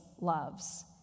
loves